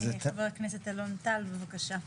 חבר הכנסת אלון טל, בבקשה.